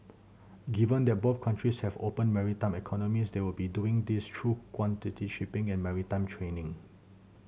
given that both countries have open maritime economies they will be doing this through quality shipping and maritime training